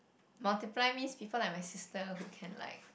multiply means people like my sister who can like